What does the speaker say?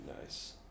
nice